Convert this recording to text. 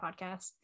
podcast